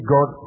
God